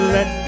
Let